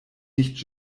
nicht